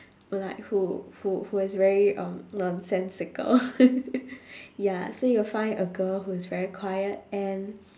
who like who who who is very um nonsensical ya so you will find a girl who is very quiet and